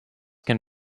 can